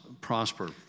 prosper